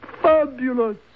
Fabulous